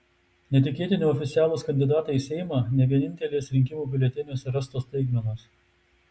netikėti neoficialūs kandidatai į seimą ne vienintelės rinkimų biuleteniuose rastos staigmenos